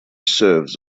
serves